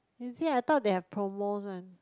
you see I thought they have promos one